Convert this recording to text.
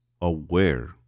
aware